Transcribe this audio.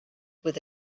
with